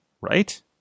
Right